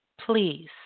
please